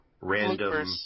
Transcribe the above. random